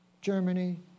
Germany